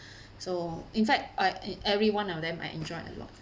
so in fact I every one of them I enjoyed a lot